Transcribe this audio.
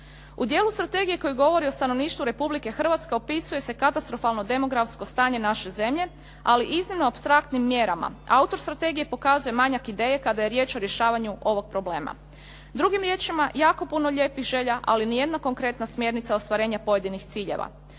U dijelu strategije koja govori o stanovništvu Republike Hrvatske opisuje se katastrofalno demografsko stanje naše zemlje, ali iznimno apstraktnim mjerama. Autor strategije pokazuje manjak ideje kada je riječ o rješavanju ovog problema. Drugim riječima, jako puno lijepih želja, ali ni jedna konkretna smjernica ostvarenja pojedinih ciljeva.